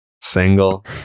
single